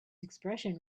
expression